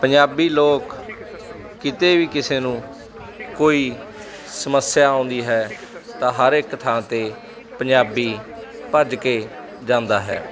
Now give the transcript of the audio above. ਪੰਜਾਬੀ ਲੋਕ ਕਿਤੇ ਵੀ ਕਿਸੇ ਨੂੰ ਕੋਈ ਸਮੱਸਿਆ ਆਉਂਦੀ ਹੈ ਤਾਂ ਹਰ ਇੱਕ ਥਾਂ 'ਤੇ ਪੰਜਾਬੀ ਭੱਜ ਕੇ ਜਾਂਦਾ ਹੈ